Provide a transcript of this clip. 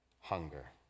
hunger